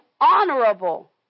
honorable